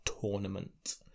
tournament